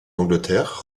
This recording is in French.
angleterre